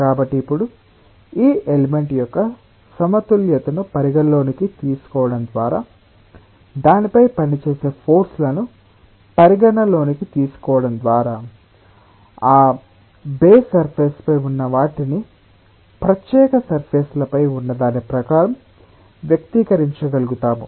కాబట్టి ఇప్పుడు ఈ ఎలిమెంట్ యొక్క సమతుల్యతను పరిగణనలోకి తీసుకోవడం ద్వారా దానిపై పనిచేసే ఫోర్స్ లను పరిగణనలోకి తీసుకోవడం ద్వారా ఆ బేసి సర్ఫేస్ పై ఉన్న వాటిని ప్రత్యేక సర్ఫేస్ లపై ఉన్నదాని ప్రకారం వ్యక్తీకరించగలుగుతాము